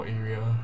area